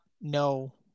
No